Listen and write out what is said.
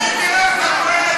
תראה איך אתה נוהג,